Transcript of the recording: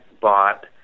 bought